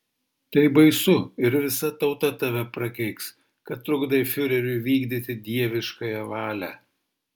tai baisu ir visa tauta tave prakeiks kad trukdai fiureriui vykdyti dieviškąją valią